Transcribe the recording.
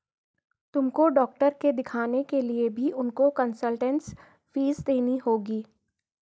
तुमको डॉक्टर के दिखाने के लिए भी उनको कंसलटेन्स फीस देनी होगी